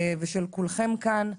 ושל כולכם כאן,